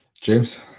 James